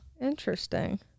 Interesting